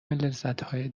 لذتهای